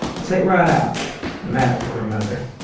say it right out no matter for her mother.